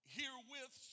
herewith